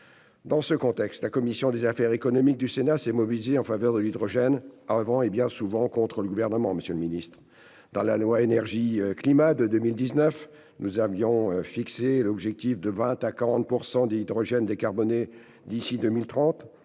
Dans ce contexte, la commission des affaires économiques du Sénat s'est mobilisée en faveur de l'hydrogène bien avant le Gouvernement- et bien souvent contre lui. Dans la loi Énergie-climat de 2019, nous avions fixé un objectif de 20 % à 40 % d'hydrogène décarboné d'ici à 2030